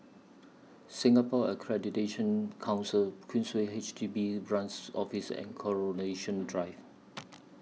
Singapore Accreditation Council Queensway H D B Branch Office and Coronation Drive